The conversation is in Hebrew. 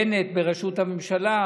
בנט בראשות הממשלה,